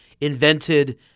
invented